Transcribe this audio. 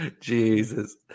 Jesus